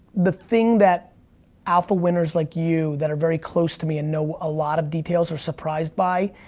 the thing that alpha winners like you, that are very close to me and know a lot of details are surprised by,